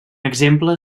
exemple